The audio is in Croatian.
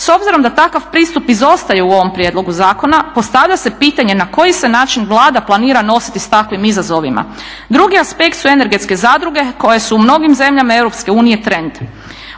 S obzirom da takav pristup izostaje u ovom prijedlogu zakona, postavlja se pitanje na koji se način Vlada planira nositi sa takvim izazovima. Drugi aspekt su energetske zadruge koje su u mnogim zemljama EU trend.